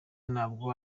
ntabwo